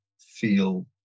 feel